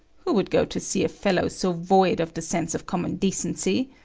who would go to see a fellow so void of the sense of common decency!